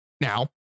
Now